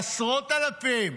בעשרות אלפים.